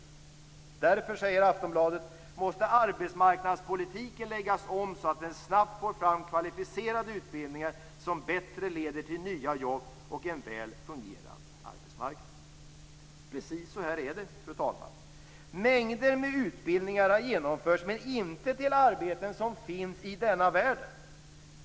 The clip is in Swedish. Aftonbladet säger vidare: "Därför måste arbetsmarknadspolitiken läggas om så att den snabbt får fram kvalificerade utbildningar som bättre leder till nya jobb och en väl fungerande arbetsmarknad." Precis så här är det, fru talman. Mängder med utbildningar har genomförts men inte till arbeten som finns i denna världen.